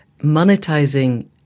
monetizing